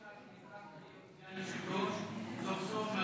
אני רוצה לברך אותך שנבחרת לסגן יושב-ראש סוף-סוף.